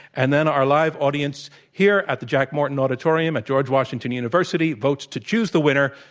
and then our live audience here at the jack morton auditorium, at george washington university, votes to choose the winner.